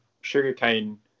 sugarcane